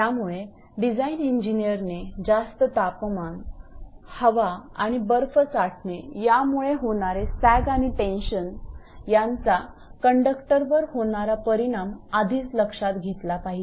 त्यामुळे डिझाईन इंजिनियरने जास्त तापमान हवा आणि बर्फ साठणे यामुळे होणारे सॅग आणि टेन्शन यांचा कंडक्टरवर होणारा परिणाम आधीच लक्षात घेतला पाहिजे